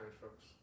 folks